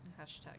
hashtag